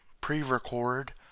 pre-record